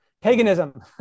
paganism